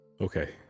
Okay